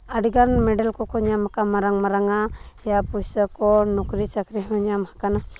ᱟᱹᱰᱤᱜᱟᱱ ᱢᱮᱰᱮᱞ ᱠᱚᱠᱚ ᱧᱟᱢ ᱠᱟᱜᱼᱟ ᱢᱟᱨᱟᱝ ᱢᱟᱨᱟᱝ ᱟᱜ ᱯᱩᱭᱥᱟᱹ ᱠᱚ ᱱᱚᱠᱨᱤ ᱪᱟᱹᱠᱨᱤ ᱦᱚᱸ ᱧᱟᱢ ᱠᱟᱱᱟ ᱟᱹᱰᱤᱜᱮ